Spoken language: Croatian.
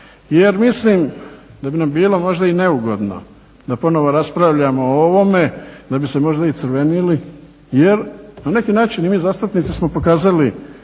jer mislim da bi nam bilo možda i malo neugodno da ponovno raspravljamo o ovome, da bi se možda i crvenili, jer i na neki način i mi zastupnici smo pokazali